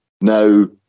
now